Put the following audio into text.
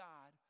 God